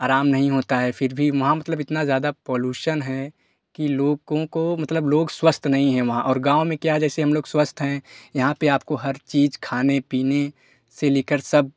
अराम नहीं होता है फिर भी वहाँ मतलब इतना ज्यादा पॉलूशन है कि लोगों को मतलब लोग स्वस्थ नहीं हैं वहाँ और गाँव में क्या है जैसे हम लोग स्वस्थ हैं यहाँ पर आपको हर चीज खाने पीने से लेकर सब